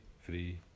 free